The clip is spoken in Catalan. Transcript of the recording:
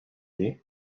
dir